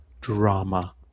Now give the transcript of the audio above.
drama